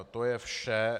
To je vše.